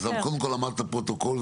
קודם כול, אמרת לפרוטוקול.